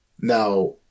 Now